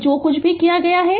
तो जो कुछ भी किया है